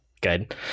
Good